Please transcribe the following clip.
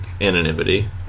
anonymity